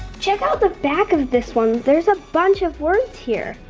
check out the back of this one. there's a bunch of words here!